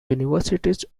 universities